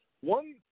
One